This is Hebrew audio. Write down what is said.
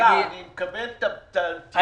יפגע בתחרות.